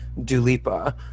Dulipa